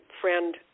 friend